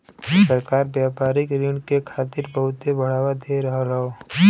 सरकार व्यापारिक ऋण के खातिर बहुत बढ़ावा दे रहल हौ